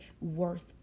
worth